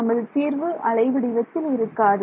நமது தீர்வு அலை வடிவத்தில் இருக்காது